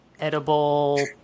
edible